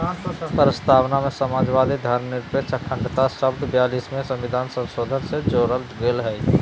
प्रस्तावना में समाजवादी, पथंनिरपेक्ष, अखण्डता शब्द ब्यालिसवें सविधान संशोधन से जोरल गेल हइ